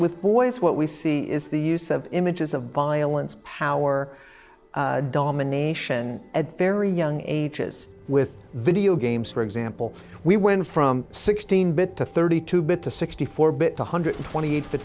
with boys what we see is the use of images of violence power domination at very young ages with videogames for example we went from sixteen bit to thirty two bit to sixty four bit one hundred twenty eight the